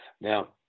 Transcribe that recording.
now